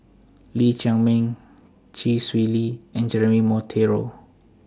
Lee Chiaw Meng Chee Swee Lee and Jeremy Monteiro